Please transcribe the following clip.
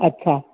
अछा